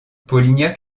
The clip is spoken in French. polignac